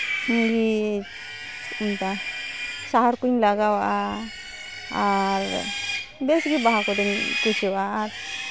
ᱤᱧ ᱜᱮ ᱪᱮᱫ ᱠᱚ ᱢᱮᱛᱟᱫᱼᱟ ᱥᱟᱦᱟᱨ ᱠᱚᱧ ᱞᱟᱜᱟᱣ ᱟᱜᱼᱟ ᱟᱨ ᱵᱮᱥᱜᱮ ᱵᱟᱦᱟ ᱠᱚᱫᱚᱧ ᱠᱩᱥᱤᱭᱟᱜᱼᱟ ᱟᱨ